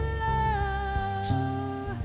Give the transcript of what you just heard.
love